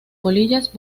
polillas